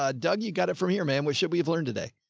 ah doug, you got it from here, man. we should. we've learned today.